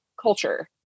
culture